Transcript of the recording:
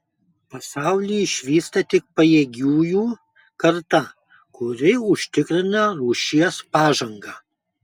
pasaulį išvysta tik pajėgiųjų karta kuri užtikrina rūšies pažangą